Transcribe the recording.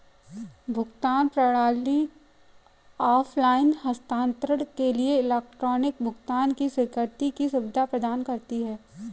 भुगतान प्रणाली ऑफ़लाइन हस्तांतरण के लिए इलेक्ट्रॉनिक भुगतान की स्वीकृति की सुविधा प्रदान करती है